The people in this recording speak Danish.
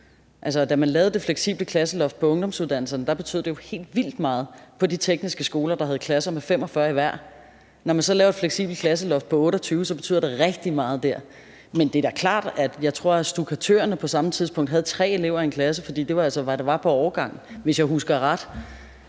Da man lavede det fleksible klasseloft på ungdomsuddannelserne, betød det jo helt vildt meget på de tekniske skoler, der havde klasser med 45 i hver. Når man laver et fleksibelt klasseloft på 28, betyder det rigtig meget der. Men jeg tror, at stukkatørerne på samme tidspunkt havde 3 elever i en klasse, for det var altså, hvad der var pr. årgang, hvis jeg husker ret.